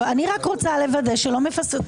אני רק רוצה לוודא שלא נפספס,